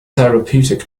therapeutic